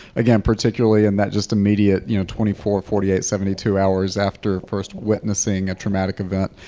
again, particularly in that just immediate you know twenty four, forty eight, seventy two hours after first witnessing a traumatic event,